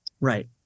right